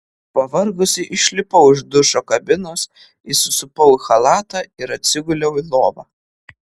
pavargusi išlipau iš dušo kabinos įsisupau į chalatą ir atsiguliau į lovą